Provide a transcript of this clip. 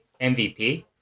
MVP